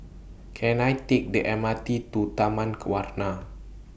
Can I Take The M R T to Taman Warna